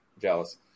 Jealous